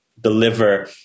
deliver